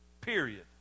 period